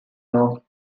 off